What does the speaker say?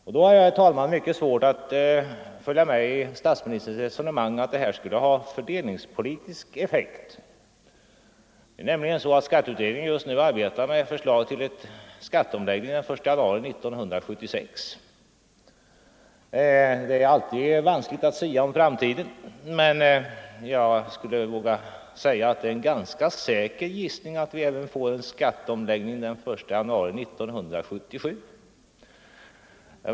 Därför har jag, herr talman, mycket svårt att följa med i statsministerns resonemang om att ett slopande av avdragsrätten skulle ha fått fördelningspolitiska effekter. Skatteutredningen arbetar nämligen just nu med förslag till skatteomläggning den 1 januari 1976. Det är alltid vanskligt att sia om framtiden, men jag vågar säga att det är en gissning som ganska säkert slår in att vi får en skatteomläggning även den 1 januari 1977.